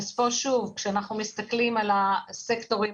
כשאנחנו מסתכלים על הסקטורים